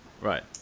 Right